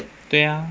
对呀